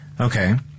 Okay